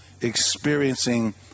experiencing